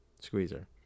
Squeezer